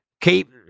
Keep